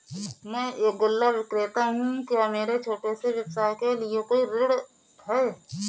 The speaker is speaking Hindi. मैं एक गल्ला विक्रेता हूँ क्या मेरे छोटे से व्यवसाय के लिए कोई ऋण है?